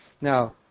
Now